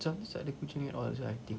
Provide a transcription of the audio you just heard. takde kucing at all sia I think